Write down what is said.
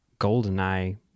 GoldenEye